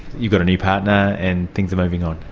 you've got a new partner and things are moving on.